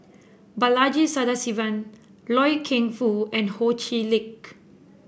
Balaji Sadasivan Loy Keng Foo and Ho Chee Lick